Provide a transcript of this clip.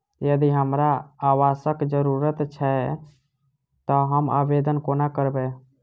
यदि हमरा आवासक जरुरत छैक तऽ हम आवेदन कोना करबै?